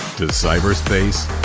to cyberspace,